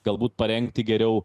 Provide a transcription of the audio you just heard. galbūt parengti geriau